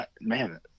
man